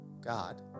God